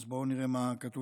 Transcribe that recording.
אז בואו נראה מה כתוב.